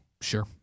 Sure